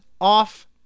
Off